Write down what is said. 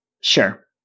Sure